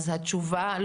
אני נציגת רמ"י, כן.